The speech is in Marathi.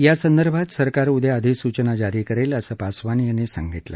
यासंदर्भात सरकार उद्या अधिसूचना जारी करेल असं पासवान यांनी सांगितलं